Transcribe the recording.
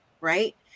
right